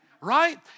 right